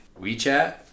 WeChat